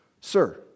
Sir